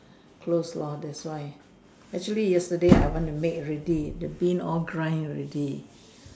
close lor that's why actually yesterday I want to make already the Bean all grind already